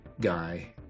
guy